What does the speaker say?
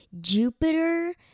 Jupiter